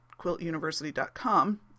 quiltuniversity.com